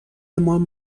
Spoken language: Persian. مام